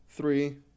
Three